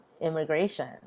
immigration